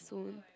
soon